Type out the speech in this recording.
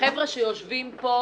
החבר'ה שיושבים פה,